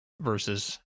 versus